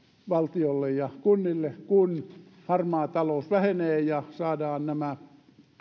valtiolle ja kunnille kun harmaa talous vähenee ja saadaan nämä